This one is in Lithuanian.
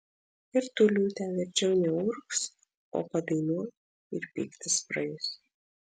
ir tu liūte verčiau neurgzk o padainuok ir pyktis praeis